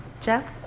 Jess